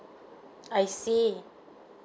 I see